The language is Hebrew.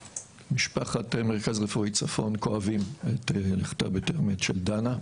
משפחת מרכז רפואי צפון כואבים את לכתה בטרם עת של דנה.